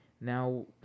now